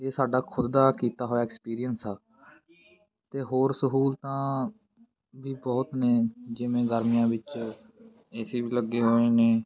ਇਹ ਸਾਡਾ ਖੁਦ ਦਾ ਕੀਤਾ ਹੋਇਆ ਐਕਸਪੀਰੀਅੰਸ ਆ ਅਤੇ ਹੋਰ ਸਹੂਲਤਾਂ ਵੀ ਬਹੁਤ ਨੇ ਜਿਵੇਂ ਗਰਮੀਆਂ ਵਿੱਚ ਏ ਸੀ ਵੀ ਲੱਗੇ ਹੋਏ ਨੇ